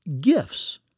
gifts